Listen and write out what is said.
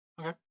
Okay